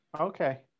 Okay